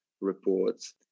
reports